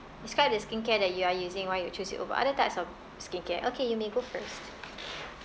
describe the skincare that you are using why you choose it over other types of skincare okay you may go first